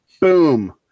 Boom